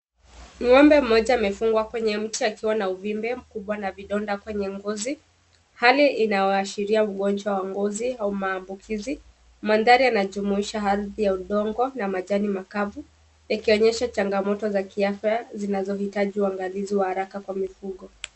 Ng'ombe mmoja amefungwa kwenye mti akiwa na uvimbe. Hali inayoashiria ugonjwa wa ngozi au maambukizi. Mandhari yanajumuisha ardhi ya udongo na majani makavu zinazohitaji uangalizi wa haraka kwa mifugo.